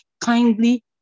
kindly